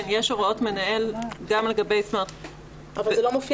יש הוראות מנהל גם לגבי --- זה לא מופיע